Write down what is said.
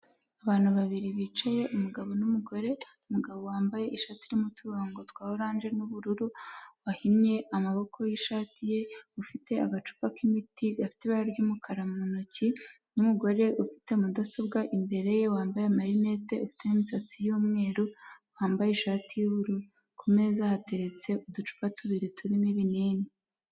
Abantu babiri bicaye, umugabo n'umugore wambaye ishati irimo uturongo twa oranje n'ubururu, wahinye amaboko yishati ye ufite agacupa k'imiti gafite ibara ry'umukara mu ntoki n'umugore ufite mudasobwa imbere ye, wambaye amarinete, ufite imisatsi y'umweru, wambaye ishati y'ubururu. Ku meza hateretse uducupa tubiri turimo ibinini.